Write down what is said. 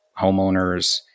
homeowners